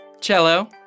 Cello